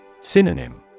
Synonym